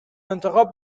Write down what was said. انتخاب